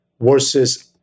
versus